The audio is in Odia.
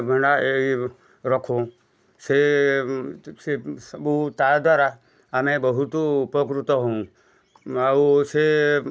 ମେଣ୍ଢା ଏଇ ରଖୁ ସେ ସିଏ ସବୁ ତା ଦ୍ଵାରା ଆମେ ବହୁତ ଉପକୃତ ହେଉ ଆଉ ସିଏ